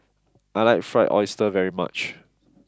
I like Fried Oyster very much